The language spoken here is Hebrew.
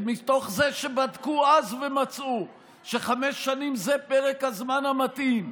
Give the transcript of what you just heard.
מתוך זה שבדקו אז ומצאו שחמש שנים זה פרק הזמן המתאים.